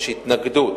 יש התנגדות,